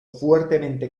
fuertemente